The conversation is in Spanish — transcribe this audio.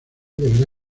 deberá